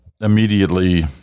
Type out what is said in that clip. immediately